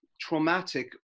traumatic